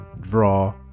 draw